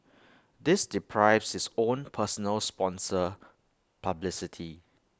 this deprives his own personal sponsor publicity